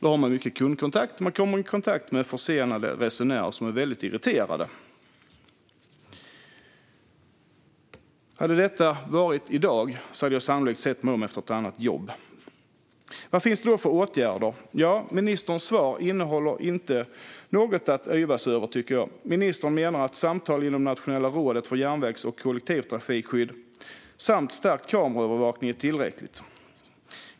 Då har man mycket kundkontakt och kommer i kontakt med försenade resenärer som är väldigt irriterade. Om det hade varit i dag hade jag sannolikt sett mig om efter ett annat jobb. Vad finns det för åtgärder? Ministerns svar innehåller inte något att yvas över. Ministern menar att samtal inom Nationella rådet för järnvägs och kollektivtrafikskydd samt stärkt kameraövervakning är tillräckligt.